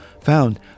found